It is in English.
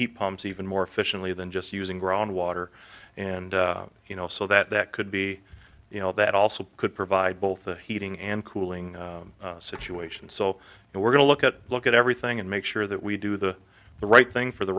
pumps even more efficiently than just using ground water and you know so that that could be you know that also could provide both a heating and cooling situation so we're going to look at look at everything and make sure that we do the right thing for the